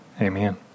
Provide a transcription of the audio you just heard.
Amen